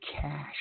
cash